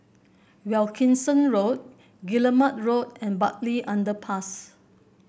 Wilkinson Road Guillemard Road and Bartley Underpass